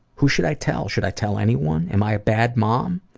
who should i tell? should i tell anyone? am i a bad mom?